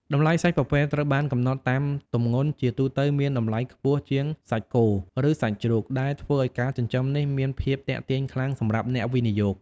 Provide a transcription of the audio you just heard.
តម្លៃសាច់ពពែត្រូវបានកំណត់តាមទម្ងន់ ជាទូទៅមានតម្លៃខ្ពស់ជាងសាច់គោឬសាច់ជ្រូក ដែលធ្វើឲ្យការចិញ្ចឹមនេះមានភាពទាក់ទាញខ្លាំងសម្រាប់អ្នកវិនិយោគ។